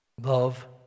Love